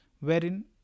wherein